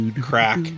crack